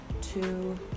two